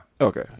Okay